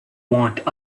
want